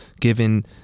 given